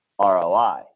ROI